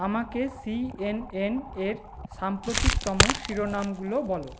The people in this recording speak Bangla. আমাকে সি এন এন এর সাম্প্রতিকতম শিরোনামগুলো বলো